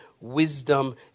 wisdom